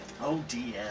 ODM